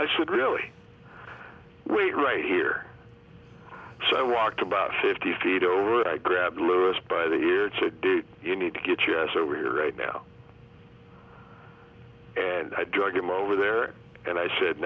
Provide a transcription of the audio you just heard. i should really wait right here so i walked about fifty feet over i grabbed louis by the date in need to get us over here right now and i drug him over there and i said